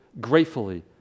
gratefully